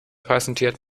präsentiert